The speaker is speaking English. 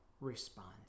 responds